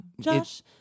Josh